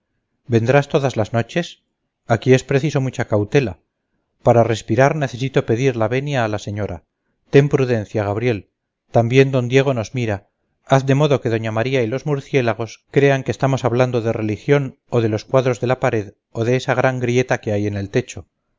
vendrás todas las noches aquí es preciso mucha cautela para respirar necesito pedir la venia a la señora ten prudencia gabriel también d diego nos mira haz de modo que doña maría y los murciélagos crean que estamos a hablando de religión o de los cuadros de la pared o de esa gran grieta que hay en el techo